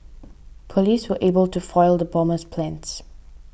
police were able to foil the bomber's plans